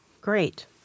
Great